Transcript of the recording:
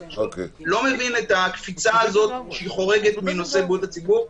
אני פשוט לא מבין את הקפיצה הזאת שהיא חורגת מנושא בריאות הציבור.